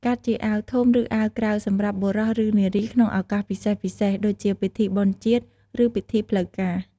កាត់ជាអាវធំ ឬអាវក្រៅ សម្រាប់បុរស ឬនារីក្នុងឱកាសពិសេសៗដូចជាពិធីបុណ្យជាតិ ឬពិធីផ្លូវការ។